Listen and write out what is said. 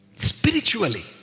Spiritually